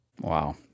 Wow